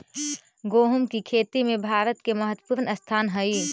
गोहुम की खेती में भारत के महत्वपूर्ण स्थान हई